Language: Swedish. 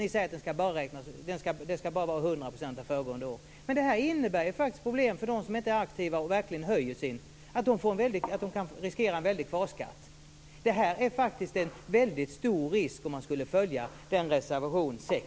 Ni säger att den bara skall vara 100 % av skatten av föregående år. Men det innebär ju faktiskt problem för dem som inte är aktiva. De riskerar att få en mycket stor kvarskatt. Den risken är faktiskt väldigt stor om man skulle följa er reservation 6.